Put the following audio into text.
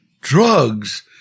Drugs